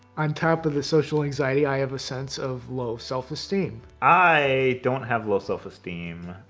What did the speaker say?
on top of the social anxiety, i have a sense of low self-esteem. i don't have low self-esteem.